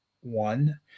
one